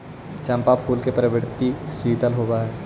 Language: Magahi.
चंपा फूल की प्रकृति शीतल होवअ हई